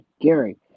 Gary